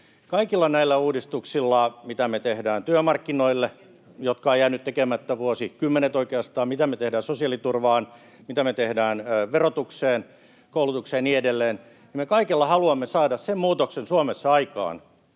kaikilla näillä uudistuksilla, mitä me tehdään työmarkkinoille, jotka ovat oikeastaan jääneet vuosikymmenet tekemättä, mitä me tehdään sosiaaliturvaan, mitä me tehdään verotukseen, koulutukseen ja niin edelleen, [Pia Viitanen: Heikennyksillä!] me haluamme saada sen muutoksen Suomessa aikaan,